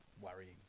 worrying